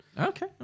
okay